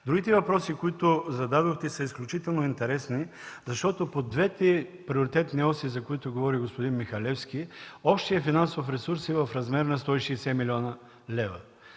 Другият тип въпроси, които зададохте, са изключително интересни, защото по двете приоритетни оси, за които говори господин Михалевски, общият финансов ресурс е в размер на 160 млн. лв.